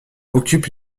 occupe